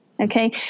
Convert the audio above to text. Okay